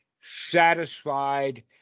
satisfied